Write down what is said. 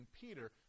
Peter